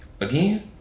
Again